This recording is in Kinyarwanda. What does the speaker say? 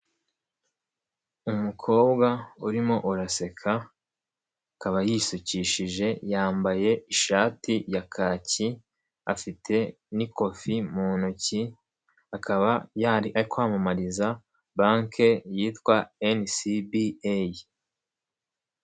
Umukobwa urimo guseka akaba yisukishije, yambaye ishati ya kaki, afite n'kofi mu ntoki, akaba yari kwamamariza banki yitwa NCBA.